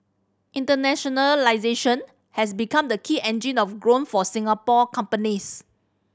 internationalisation has become the key engine of growth for Singapore companies